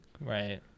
Right